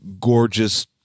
gorgeous